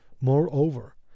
moreover